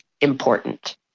important